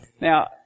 Now